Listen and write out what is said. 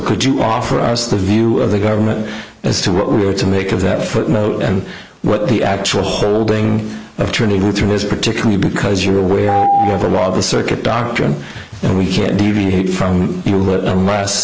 could you offer us the view of the government as to what we were to make of that footnote and what the actual holding of turning return is particularly because you're aware of the law the circuit doctrine and we can deviate from but unless